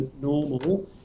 normal